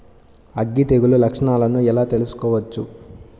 అగ్గి తెగులు లక్షణాలను ఎలా తెలుసుకోవచ్చు?